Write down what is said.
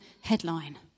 headline